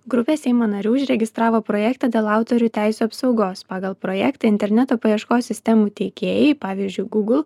grupė seimo narių užregistravo projektą dėl autorių teisių apsaugos pagal projektą interneto paieškos sistemų teikėjai pavyzdžiui google